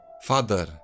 Father